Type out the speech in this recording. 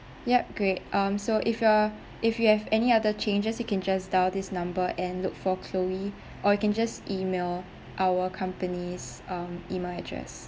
yup great um so if you're if you have any other changes you can just dial this number and look for chloe or you can just email our companies um email address